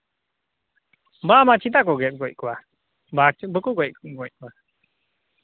ᱵᱟᱝ ᱵᱟᱝ ᱪᱮᱫᱟᱜ ᱠᱚ ᱜᱮᱫ ᱜᱚᱡ ᱠᱚᱣᱟ ᱵᱟ ᱵᱟᱠᱚ ᱜᱚᱡ ᱠᱚᱣᱟ